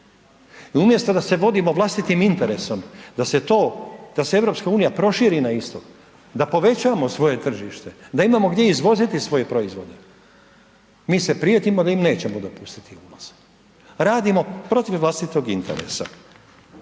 umjesto da se vodimo vlastitim interesom da se to, da se Europska unija proširi na istok da povećamo svoje tržište, da imamo gdje izvoziti svoje proizvode mi se prijetimo da im nećemo dopustiti ulazak. Radimo protiv vlastitog interesa.